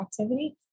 activity